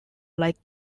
like